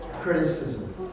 criticism